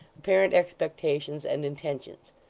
apparent expectations and intentions.